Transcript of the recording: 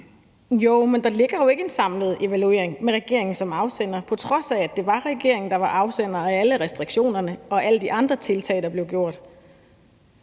Jo, men der ligger jo ikke en samlet evaluering med regeringen som afsender, på trods af at det var regeringen, der var afsender af alle restriktionerne og alle de andre tiltag, der blev gjort.